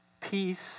peace